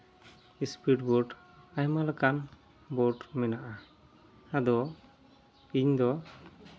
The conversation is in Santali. ᱥᱯᱤᱰ ᱵᱳᱰ ᱟᱭᱢᱟ ᱞᱮᱠᱟᱱ ᱵᱳᱰ ᱢᱮᱱᱟᱜᱼᱟ ᱟᱫᱚ ᱤᱧᱫᱚ